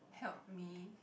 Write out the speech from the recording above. help me